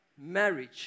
marriage